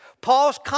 Paul's